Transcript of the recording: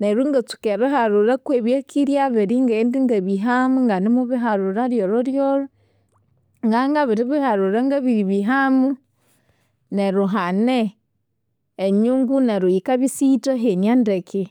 Neryo ingatuka erihalhulha kwebyakirya birya, ingaghenda ingabihamu inganimuhalhulha lyolholyolho. Ngabya ngabiribihalhulha ngebiribihamu, neryo hane enyungu neryo yikabya isiyithahenia ndeke,